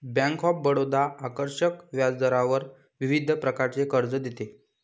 bank of Baroda आकर्षक व्याजदरावर विविध प्रकारचे कर्ज देते